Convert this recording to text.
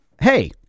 hey